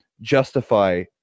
justify